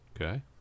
Okay